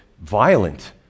violent